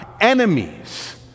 Enemies